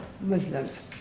Muslims